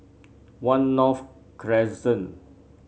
One North Crescent